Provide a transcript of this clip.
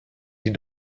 die